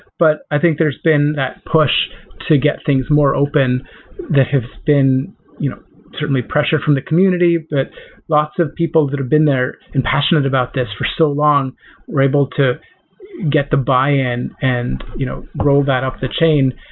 but i think there's been that push to get things more open that has been you know certainly pressure from the community, that lots of people who have been there and passionate about this for so long were able to get the buy-in and you know grow that up the chain.